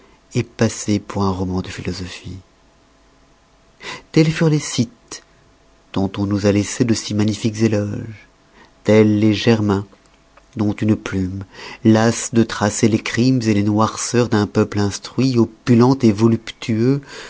ait passé pour un roman de philosophie tels furent les scythes dont on nous a laissé de si magnifiques éloges tels les germains dont une plume lasse de tracer les crimes les noirceurs d'un peuple instruit opulent voluptueux